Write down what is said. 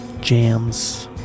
Jams